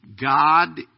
God